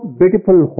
beautiful